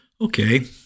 Okay